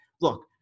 Look